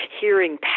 hearing